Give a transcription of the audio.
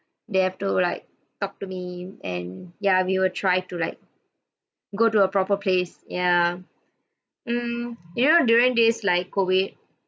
they have to like talk to me and ya we will try to like go to a proper place ya mm you know during this like COVID